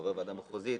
חבר ועדה מחוזית.